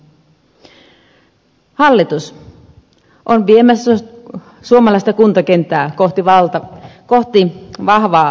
hallitus on viemässä suomalaista kuntakenttää kohti vahvaa valtionohjausta